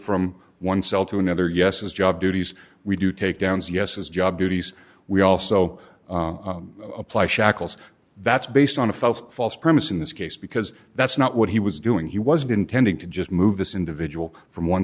from one cell to another yes his job duties we do take downs yes his job duties we also apply shackles that's based on a false false premise in this case because that's not what he was doing he wasn't intending to just move this individual from one